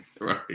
right